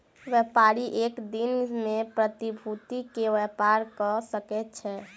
व्यापारी एक दिन में प्रतिभूति के व्यापार कय सकै छै